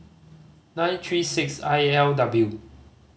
nine three six I L W